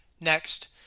Next